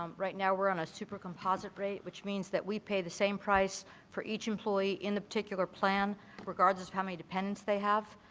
um right now, we're on a super composite rate which means that we pay the same price for each employee in a particular plan regardless how many dependents they have.